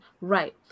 Right